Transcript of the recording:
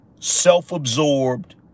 self-absorbed